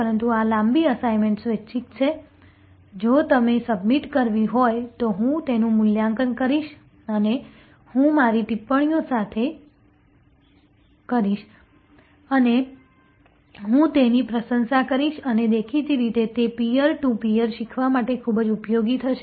પરંતુ આ લાંબી અસાઇનમેન્ટ સ્વૈચ્છિક છે જો તેને સબમિટ કરવી હોય તો હું તેનું મૂલ્યાંકન કરીશ અને હું મારી ટિપ્પણીઓ સાથે કરીશ અને હું તેની પ્રશંસા કરીશ અને દેખીતી રીતે તે પિઅર ટુ પિઅર શીખવા માટે પણ ખૂબ ઉપયોગી થશે